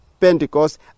Pentecost